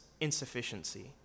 insufficiency